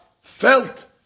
felt